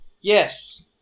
Yes